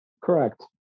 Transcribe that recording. correct